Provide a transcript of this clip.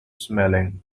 smelling